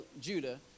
Judah